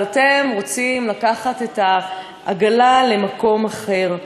אבל אתם רוצים לקחת את עגלה למקום אחר.